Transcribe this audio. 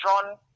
drawn